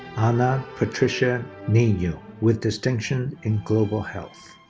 ana patricia nino with distinction in global health.